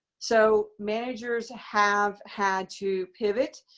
so managers have had to pivot.